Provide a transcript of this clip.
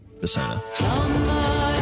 Persona